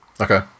okay